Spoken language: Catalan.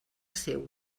seu